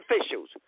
officials